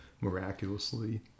miraculously